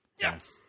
yes